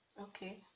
okay